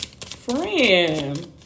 Friend